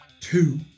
two